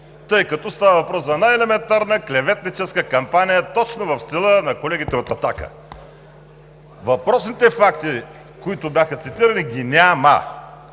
тъй като става въпрос за най-елементарна клеветническа кампания точно в стила на колегите от „Атака“! Въпросните факти, които бяха цитирани, ги ня-ма!